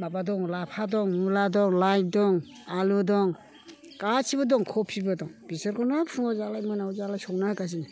माबा दङ लाफा दं मुला दं लाइ दं आलु दं गासैबो दं कबिबो दं बेफोरखौनो फुङाव जालाय मोनायाव जालाय संना होगासिनो